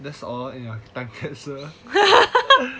that's all like cancel